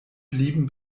blieben